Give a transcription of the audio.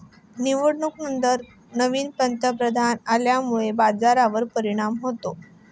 निवडणुकांनंतर नवीन पंतप्रधान आल्यामुळे बाजारावर परिणाम होतो